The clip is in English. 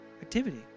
activity